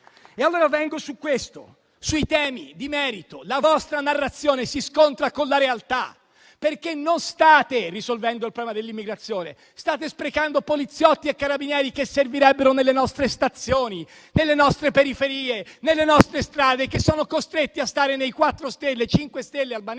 allora vengo ai temi di merito. La vostra narrazione si scontra con la realtà, perché non state risolvendo il problema dell'immigrazione, ma state sprecando poliziotti e carabinieri che servirebbero nelle nostre stazioni, nelle nostre periferie, nelle nostre strade, i quali sono costretti a stare nei quattro stelle o nei cinque stelle albanesi